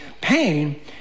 pain